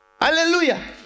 Hallelujah